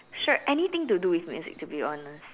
sure anything to do with music to be honest